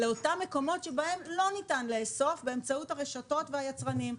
לאותם מקומות שבהם לא ניתן לאסוף באמצעות הרשתות והיצרנים,